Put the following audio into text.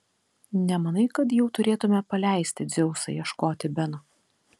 nemanai kad jau turėtumėme paleisti dzeusą ieškoti beno